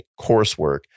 coursework